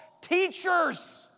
teachers